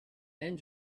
and